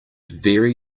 very